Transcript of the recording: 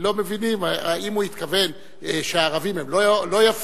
לא מבינים: האם הוא התכוון שהערבים הם לא יפים,